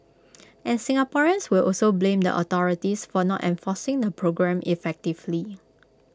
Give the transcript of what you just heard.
and Singaporeans will also blame the authorities for not enforcing the programme effectively